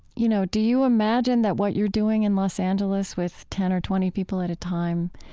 you know, do you imagine that what you're doing in los angeles with ten or twenty people at a time